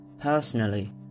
personally